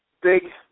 big